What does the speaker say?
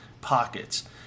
pockets